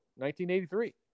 1983